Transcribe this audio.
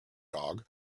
dog